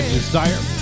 Desire